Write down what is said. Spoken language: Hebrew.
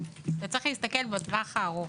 אתה צריך להסתכל בטווח הארוך.